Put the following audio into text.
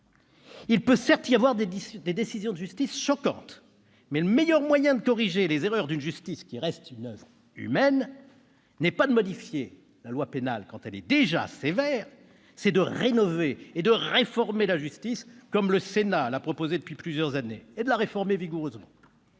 Il peut, certes, y avoir des décisions de justice choquantes. Mais le meilleur moyen de corriger les erreurs d'une justice qui reste une oeuvre humaine n'est pas de modifier la loi pénale quand elle est déjà sévère, c'est de rénover et de réformer la justice, comme le Sénat l'a proposé depuis plusieurs années, et de la réformer vigoureusement.